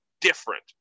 different